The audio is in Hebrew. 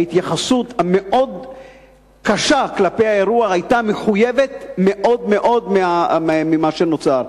ההתייחסות הקשה מאוד כלפי האירוע היתה מחויבת מאוד ממה שנוצר.